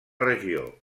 regió